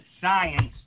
science